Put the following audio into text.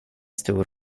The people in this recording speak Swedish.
stor